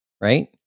Right